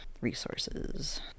resources